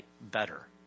better